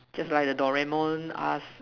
just like the Doraemon ask